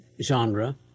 genre